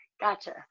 gotcha